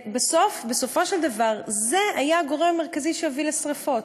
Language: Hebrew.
ובסופו של דבר זה היה הגורם המרכזי שהוביל לשרפות.